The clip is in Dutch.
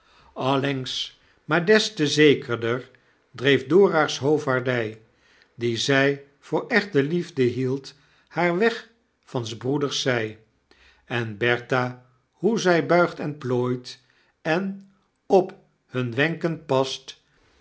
allengs maar des tezekerder dreef dora's hoovaardy die zij voor echte liefde hield haar weg van s broeders zg en bertha hoe zjj buigt en plooit en op hun wenken past